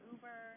Uber